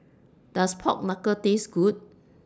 Does Pork Knuckle Taste Good